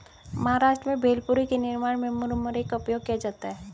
महाराष्ट्र में भेलपुरी के निर्माण में मुरमुरे का उपयोग किया जाता है